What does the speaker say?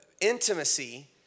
intimacy